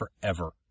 forever